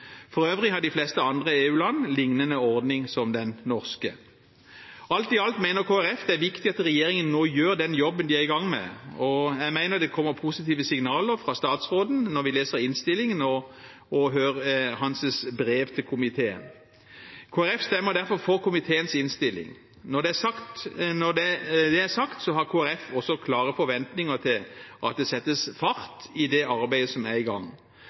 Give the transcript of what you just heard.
For øvrig har de fleste andre EU-land en lignende ordning som den norske. Alt i alt mener Kristelig Folkeparti at det er viktig at regjeringen gjør den jobben de er i gang med, og jeg mener det kommer positive signaler fra statsråden når vi leser hans brev til komiteen og innstillingen. Kristelig Folkeparti stemmer derfor for komiteens innstilling. Når det er sagt, har Kristelig Folkeparti også klare forventninger til at det settes fart i det arbeidet som er i gang.